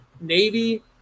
Navy